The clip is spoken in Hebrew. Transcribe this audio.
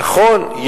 נכון,